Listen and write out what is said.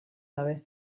gabe